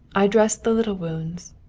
i dress the little wounds.